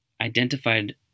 identified